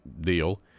deal